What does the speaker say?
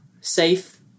safe